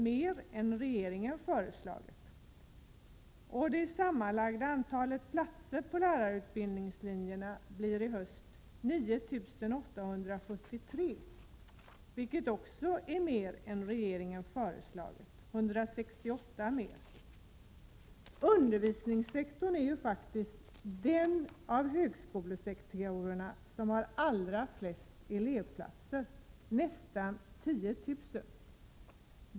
mera än regeringsförslaget, och det sammanlagda antalet platser på lärarutbildningslinjer blir i höst 9 873, vilket är 168 högre än vad regeringen har föreslagit. Utbildningssektorn är faktiskt den av högskolesektorerna som har allra flest elevplatser, Prot. 1987/88:129 nästan 10 000.